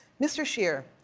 mr. scheer,